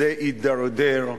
וזה הידרדר.